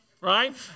right